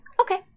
Okay